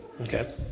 Okay